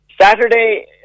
Saturday